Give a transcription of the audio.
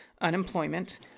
unemployment